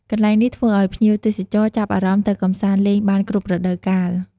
កន្លែងនេះធ្វើឱ្យភ្ញៀវទេសចរចាប់អារម្មណ៍ទៅកម្សាន្តលេងបានគ្រប់រដូវកាល។